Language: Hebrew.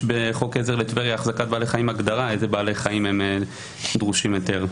יש בחוק עזר לטבריה הגדרה של איזה בעלי חיים דורשים היתר.